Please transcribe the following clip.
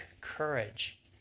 courage